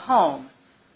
home